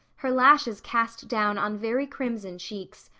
her lashes cast down on very crimson cheeks.